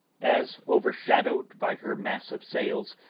as overshadowed by her mass of sails,